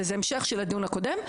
וזה המשך של הדיון הקודם,